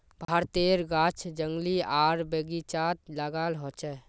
भारतेर गाछ जंगली आर बगिचात लगाल होचे